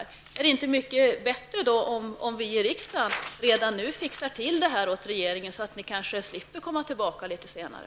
Vore det inte mycket bättre om vi i riksdagen redan nu fixar till detta åt regeringen, så att den kanske slipper komma tillbaka litet senare?